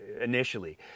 initially